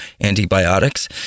antibiotics